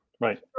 Right